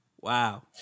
Wow